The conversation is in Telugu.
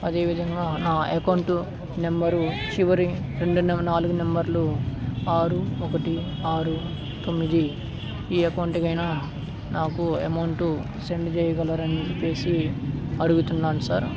అదేవిధంగా నా అకౌంటు నెంబరు చివరి రెండు నె నాలుగు నెంబర్లు ఆరు ఒకటి ఆరు తొమ్మిది ఈ అకౌంటుకైనా నాకు అమౌంటు సెండ్ చెయ్యగలరని చెప్పేసి అడుగుతున్నాను సార్